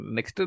Next